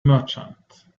merchant